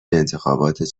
انتخابات